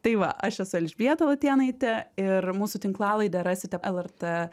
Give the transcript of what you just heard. tai va aš esu elžbieta latėnaitė ir mūsų tinklalaidę rasite lrt